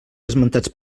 esmentats